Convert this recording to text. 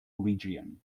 region